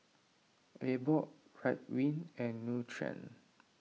Abbott Ridwind and Nutren